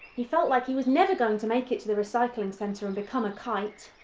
he felt like he was never going to make it to the recycling centre and become a kite.